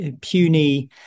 puny